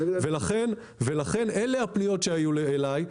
לכן אלה הפניות שהיו אליי.